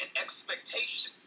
expectations